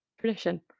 Tradition